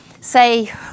say